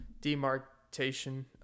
demarcation